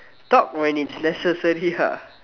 talk when it's necessary ah